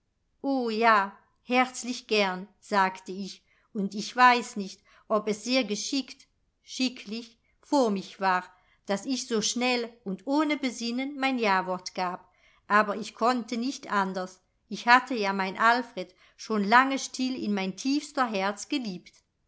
o ja herzlich gern sagte ich und ich weiß nicht ob es sehr geschickt schicklich vor mich war daß ich so schnell und ohne besinnen mein jawort gab aber ich konnte nicht anders ich hatte ja mein alfred schon lange still in mein tiefster herz geliebt